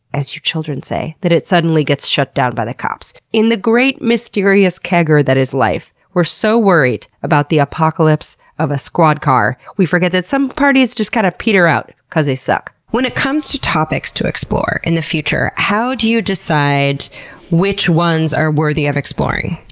as you children say, that it suddenly gets shut down by the cops. in the great mysterious kegger that is life, we're so worried about the apocalypse of a squad car, we forget that some parties just kinda kind of peter out, cause they suck. when it comes to topics to explore in the future, how do you decide which ones are worthy of exploring?